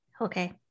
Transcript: Okay